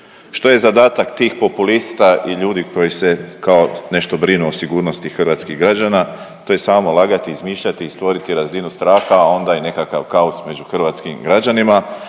Što je zadatak tih populista i ljudi koji se kao nešto brinu o sigurnosti hrvatskih građana, to je samo lagati, izmišljati i stvoriti razinu straha, a onda i nekakav kaos među hrvatskim građanima,